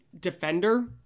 defender